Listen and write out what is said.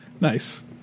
Nice